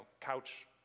couch